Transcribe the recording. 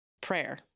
prayer